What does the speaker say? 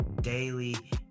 daily